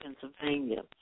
Pennsylvania